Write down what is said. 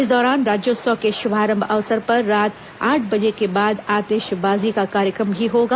इस दौरान राज्योत्सव के शुभारंभ अवसर पर रात आठ बजे के बाद आतिशबाजी का कार्यक्रम भी होगा